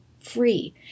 free